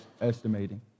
estimating